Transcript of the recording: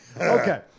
Okay